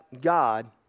God